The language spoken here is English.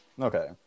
okay